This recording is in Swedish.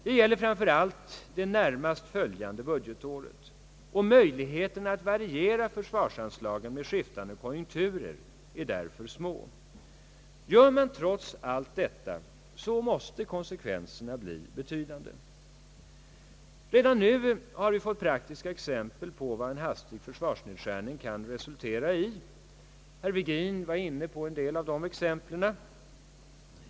Det gäller framför allt närmast följande budgetår, och möjligheterna att variera försvarsanslagen vid skiftande konjunkturer är därför små. Gör man trots allt detta, måste konsekvenserna bli betydande. Redan nu har vi fått praktiska exempel på vad en hastig försvarsnedskärning kan resultera i. Herr Virgin var inne på en del av dessa exempel.